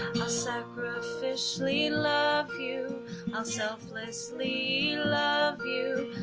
i'll sacrificially love you i'll selflessly love you